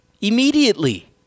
Immediately